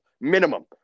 Minimum